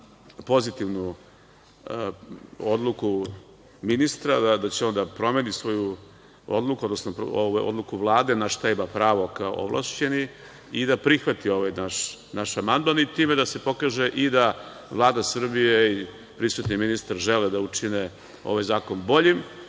pozitivnu odluku ministra, da će on da promeni svoju odluku, odnosno, odluku Vlade na šta ima pravo kao ovlašćeni, i da prihvati ovaj naš amandman i time da se pokaže i da Vlada Srbije i prisutni ministar žele da učine ovaj zakon boljim,